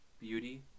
beauty